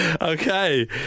Okay